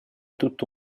tutto